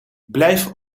blijf